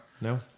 No